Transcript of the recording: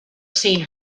seen